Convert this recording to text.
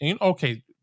okay